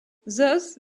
thus